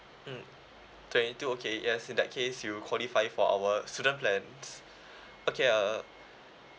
mm twenty two okay yes in that case you qualify for our student plans okay uh